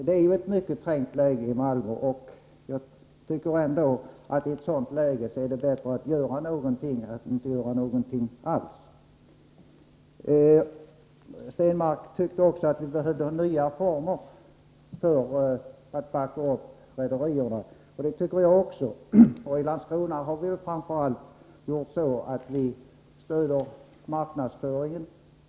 Det är ju ett mycket trängt läge i Malmö. Jag tycker därför att det i ett sådant läge är bättre att göra någonting från kommunens sida än att inte göra någonting alls. Per Stenmarck tyckte också att vi behövde ha nya former för att backa upp rederierna. Det tycker jag också. I Landskrona har vi gjort så att vi framför allt stött marknadsföringen.